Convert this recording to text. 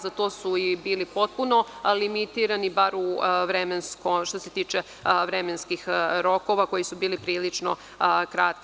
Zato su i bili potpuno limitirani, bar što se tiče vremenskih rokova koji su bili prilično kratki.